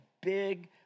big